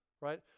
right